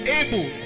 able